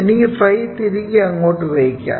എനിക്ക് ϕ തിരികെ അങ്ങോട്ട് വയ്ക്കാം